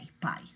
Bye